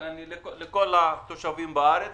לכל התושבים בארץ.